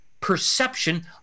perception